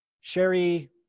Sherry